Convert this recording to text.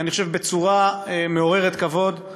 בצורה מעוררת כבוד.